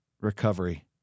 recovery